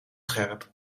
scherp